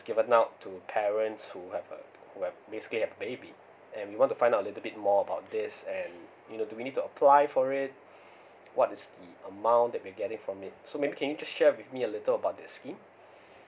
given out to parents who have uh who have basically a baby and we want to find out a little bit more about this and you know do we need to apply for it what is the amount that may get it from it so maybe can you just share with me a little about the scheme